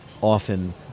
often